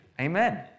Amen